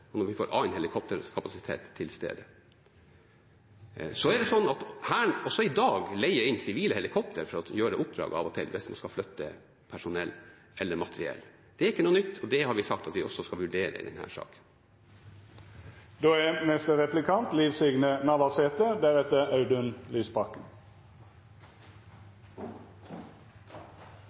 når vi får nye redningshelikoptre, når vi får annen helikopterkapasitet til stede. Så er det sånn at Hæren også i dag leier inn sivile helikoptre for å gjøre oppdrag av og til, hvis man skal flytte personell eller materiell. Det er ikke noe nytt, og det har vi sagt at vi også skal vurdere